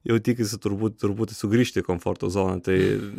jau tikisi turbūt truputį sugrįžti į komforto zoną tai